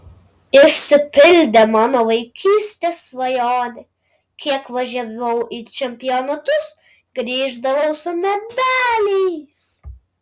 išsipildė mano vaikystės svajonė kiek važiavau į čempionatus grįždavau su medaliais